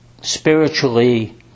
spiritually